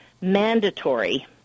mandatory